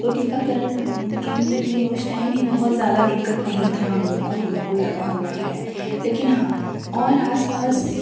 तो टीकाकरण केन्द्र में उस टाइम भी बहुत ज़्यादा दिक्कत नहीं थी हमलोग को हमलोग को लगा हुआ है लेकिन हाँ और आसपास